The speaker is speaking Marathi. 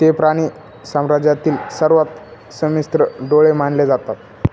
ते प्राणी साम्राज्यातील सर्वात संमिश्र डोळे मानले जातात